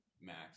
Max